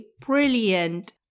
brilliant